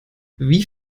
wie